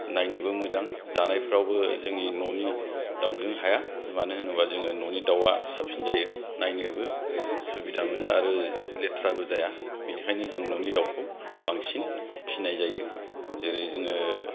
नायनोबो मोजां जानायफ्रावबो जोंनि न'नि दाउजों हाया मानो होनोबा न'नि दाउआ साबसिन जायो जोङो नायनोबो सुबिदा मोनो लेथ्राबो जाया बेनिखायनो जों न'नि दाउखौ बांसिन फिसिनाय जायो जेरै जोङो